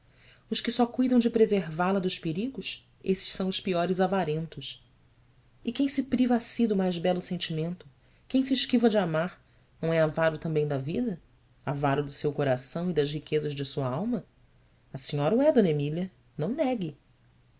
os que só cuidam de preservá la dos perigos esses são os piores avarentos quem se priva a si do mais belo sentimento quem se esquiva de amar não é avaro também da vida avaro do seu coração e das riquezas de sua alma a senhora o é d emília oh não negue